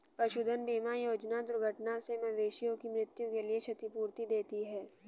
पशुधन बीमा योजना दुर्घटना से मवेशियों की मृत्यु के लिए क्षतिपूर्ति देती है